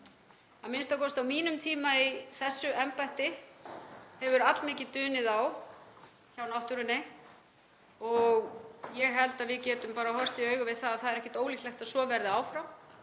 a.m.k. á mínum tíma í þessu embætti, að þá hefur allmikið dunið á í náttúrunni og ég held að við getum bara horfst í augu við það að það er ekkert ólíklegt að svo verði áfram,